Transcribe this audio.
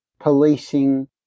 policing